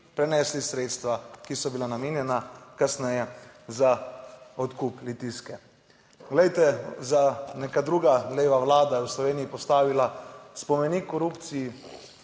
prenesli sredstva, ki so bila namenjena kasneje za odkup Litijske. Glejte, neka druga leva vlada je v Sloveniji postavila spomenik korupciji.